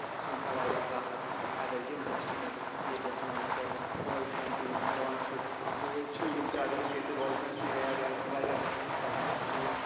تہٕ اَسہِ مِلہِ ہا واریاہ راحت اگر یِم ٹٮ۪سٹٕزَن ییٚتہِ اَسہِ میَسر روزٕ ہَن تہٕ یِم اٮ۪ڈوانسٕڈ ٹوٗل چھِ یِم تہِ اگر اَسہِ ییٚتہِ روزٕ ہَن تہٕ یہِ گٔیے وار واریاہ بہتر سانہِ خٲطرٕ یہِ